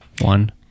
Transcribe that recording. One